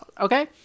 okay